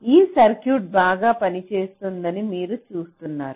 ఈ సర్క్యూట్ బాగా పనిచేస్తుందని మీరు చూస్తారు